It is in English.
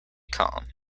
calm